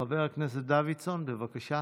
חבר הכנסת דוידסון, בבקשה.